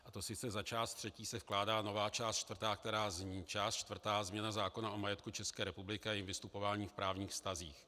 A to sice za část třetí se vkládá nová část čtvrtá, která zní: Změna zákona o majetku České republiky a jejím vystupování v právních vztazích.